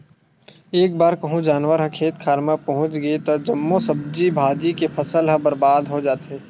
एक बार कहूँ जानवर ह खेत खार मे पहुच गे त जम्मो सब्जी भाजी के फसल ह बरबाद हो जाथे